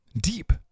deep